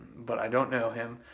but i don't know him,